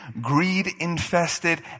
greed-infested